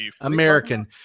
American